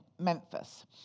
Memphis